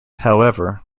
however